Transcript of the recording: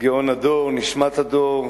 גאון הדור, נשמת הדור,